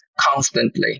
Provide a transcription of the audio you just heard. constantly